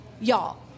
y'all